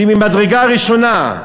שהוא ממדרגה ראשונה,